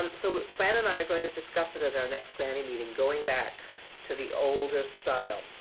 um so fran and i are going to discuss it at our next granny meeting going back to the older style.